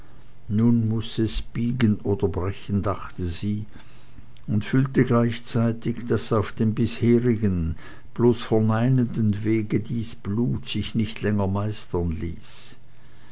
nun muß es biegen oder brechen dachte sie und fühlte gleichzeitig daß auf dem bisherigen bloß verneinenden wege dies blut sich nicht länger meistern ließ